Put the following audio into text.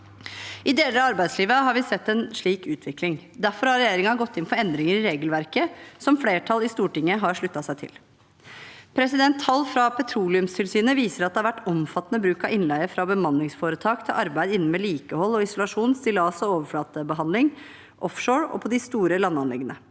I deler av arbeidslivet har vi sett en slik utvikling. Derfor har regjeringen gått inn for endringer i regelverket, som flertallet i Stortinget har sluttet seg til. Tall fra Petroleumstilsynet viser at det har vært omfattende bruk av innleie fra bemanningsforetak til arbeid innen vedlikehold og isolasjon, stillas og overflatebehandling – ISO – offshore og på de store landanleggene.